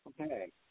Okay